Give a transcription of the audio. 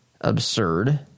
absurd